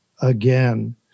again